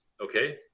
okay